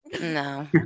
no